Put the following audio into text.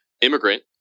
immigrant